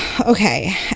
Okay